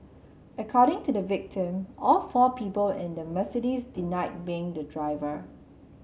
according to victim all four people in the Mercedes denied being the driver